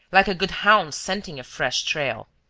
like a good hound scenting a fresh trail.